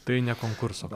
tai ne konkurso